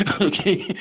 okay